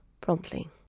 promptly